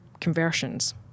conversions